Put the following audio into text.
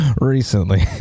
recently